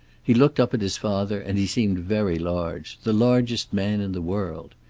he looked up at his father, and he seemed very large. the largest man in the world.